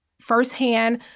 firsthand